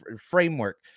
framework